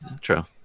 True